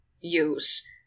use